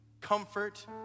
comfort